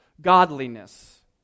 godliness